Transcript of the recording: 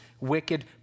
wicked